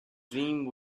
dreams